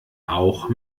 auch